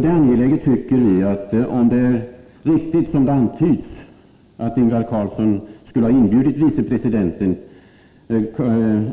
Det är angeläget, tycker vi, att — om det är riktigt som det antyds att Ingvar Carlsson skulle ha inbjudit vicepresidenten tillika vice